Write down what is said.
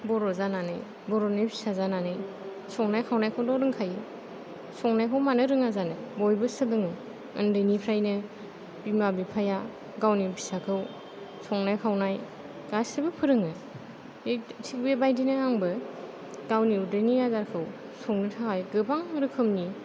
बर' जानानै बर'नि फिसा जानानै संनाय खावनायखौथ' रोंखायो संनायखौ मानो रोङा जानो बयबो सोलोङो उन्दैनिफ्रायनो बिमा बिफाया गावनि फिसाखौ संनाय खावनाय गासिबो फोरोङो बे थिग बेबायदिनो आंबो गावनि उदैनि आदारखौ संनो थाखाय गोबां रोखोमनि